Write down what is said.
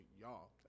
y'all